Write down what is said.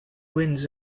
winds